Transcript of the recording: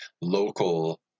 local